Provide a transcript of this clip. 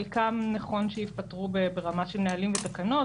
חלקם נכון שיפתרו ברמה של נהלים ותקנות,